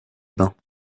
bains